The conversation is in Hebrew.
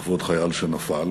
לכבוד חייל שנפל.